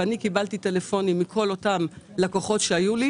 ואני קיבלתי טלפונים מכל אותם לקוחות שהיו לי: